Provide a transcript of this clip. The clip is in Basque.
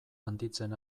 handitzen